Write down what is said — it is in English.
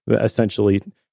Essentially